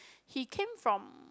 he came from